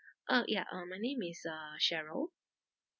oh ya um my name is uh sheryl